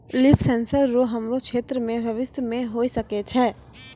लिफ sensor रो हमरो क्षेत्र मे भविष्य मे होय सकै छै